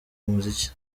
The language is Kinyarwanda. muziki